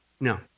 No